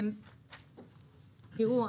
תראו,